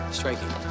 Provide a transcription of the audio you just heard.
striking